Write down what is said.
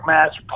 Match